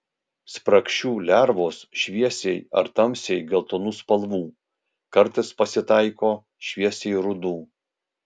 spragšių lervos šviesiai ar tamsiai geltonų spalvų kartais pasitaiko šviesiai rudų